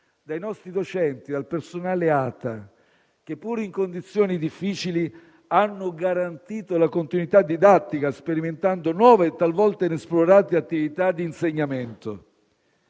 tecnico e ausiliario (ATA), che, pur in condizioni difficili, hanno garantito la continuità didattica, sperimentando nuove e talvolta inesplorate attività d'insegnamento.